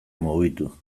mugitu